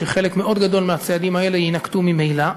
שחלק מאוד גדול מהצעדים האלה יינקטו ממילא,